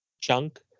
chunk